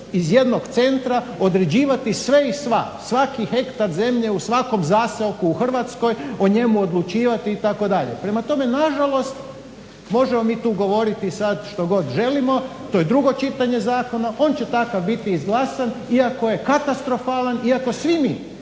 iz jednog centra određivati sve i sva, svaki hektar zemlje u svakom zaseoku u Hrvatskoj o njemu odlučivati itd. Prema tome, nažalost možemo mi tu govoriti sad što god želimo, to je 2. čitanje zakona, on će takav biti izglasan iako je katastrofalan, iako svi mi,